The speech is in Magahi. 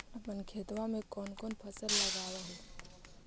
अपन खेतबा मे कौन कौन फसल लगबा हू?